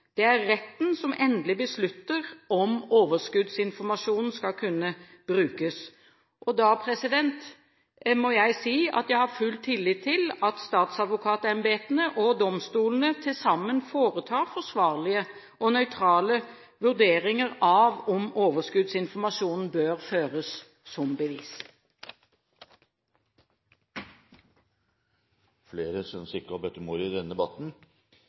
Det er retten som endelig beslutter om overskuddsinformasjonen skal kunne brukes. Jeg har full tillit til at statsadvokatembetene og domstolene til sammen foretar forsvarlige og nøytrale vurderinger av om overskuddsinformasjonen bør føres som bevis. Flere har ikke bedt om ordet til sak nr. 10. I proposisjonen og innstillingen fremmes forslag til en ny § 8 a i passloven. Denne